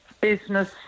business